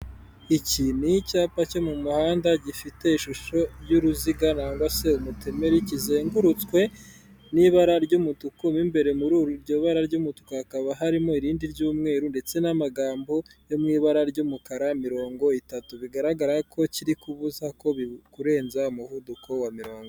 iki ni icyapa cyo mu muhanda gifite ishusho y'uruziga cyangwa se umutemeri kizengurutswe n'ibara ry'umutuku n'imbere muri iryo bara ry'umutuku hakaba harimo irindi ry'umweru ndetse n'amagambo yo mw'ibara ry'umukara mirongo itatu bigaragara ko kiri kubuza ko kurenza umuvuduko wa mirongo